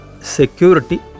Security